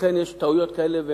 אכן יש טעויות כאלה,